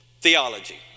theology